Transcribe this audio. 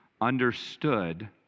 understood